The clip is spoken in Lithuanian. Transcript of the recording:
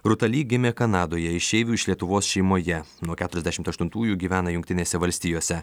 rūta li gimė kanadoje išeivių iš lietuvos šeimoje nuo keturiasdešimt aštuntųjų gyvena jungtinėse valstijose